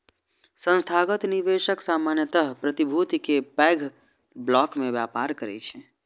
संस्थागत निवेशक सामान्यतः प्रतिभूति के पैघ ब्लॉक मे व्यापार करै छै